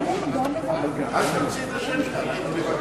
אל תוציא את השם שלך.